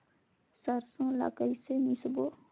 सरसो ला कइसे मिसबो?